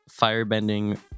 firebending